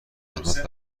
احمد